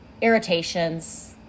irritations